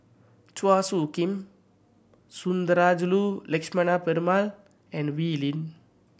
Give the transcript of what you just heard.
Chua Soo Khim Sundarajulu Lakshmana Perumal and Wee Lin